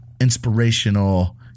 inspirational